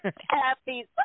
Happy